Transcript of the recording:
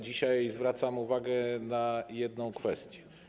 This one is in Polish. Dzisiaj zwracam uwagę na jedną kwestię.